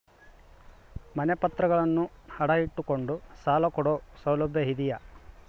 ಮನೆ ಪತ್ರಗಳನ್ನು ಅಡ ಇಟ್ಟು ಕೊಂಡು ಸಾಲ ಕೊಡೋ ಸೌಲಭ್ಯ ಇದಿಯಾ?